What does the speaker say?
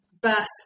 bus